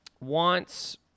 wants